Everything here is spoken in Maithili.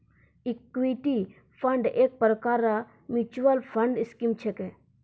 इक्विटी फंड एक प्रकार रो मिच्युअल फंड स्कीम छिकै